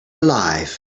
alive